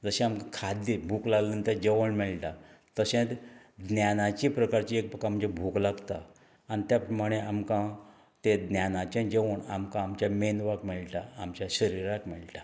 जशें आमकां खाद्य भूक लागले नंतर जेवण मेळटा तशेंत ज्ञानची प्रकारची एक भूक आमच्या भूक लागता आनी त्या प्रमाणे आमकां तें न्यानाचें जेवण आमकां आमच्या मेंदवाक मेळटा आमच्या शरिराक मेळटा